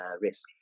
risk